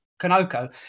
canoco